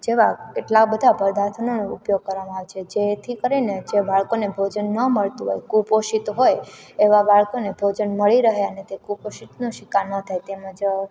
જેવા કેટલા બધા પદાર્થોનો ઉપયોગ કરવામાં આવે છે જેથી કરીને જે બાળકોને ભોજન ન મળતું હોય કુપોષિત હોય એવા બાળકોને ભોજન મળી રહે અને તે કુપોષિત નો શિકાર ન થાય તેમજ